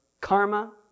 karma